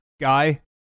guy